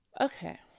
Okay